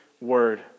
word